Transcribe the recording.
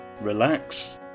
relax